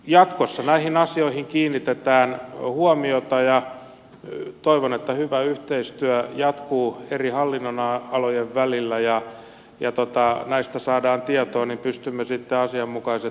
jatkossa näihin asioihin kiinnitetään huomiota ja toivon että hyvä yhteistyö jatkuu eri hallinnonalojen välillä ja näistä saadaan tietoa niin että pystymme sitten asianmukaiset päätökset tekemään